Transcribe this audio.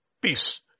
peace